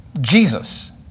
Jesus